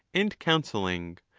and counselling,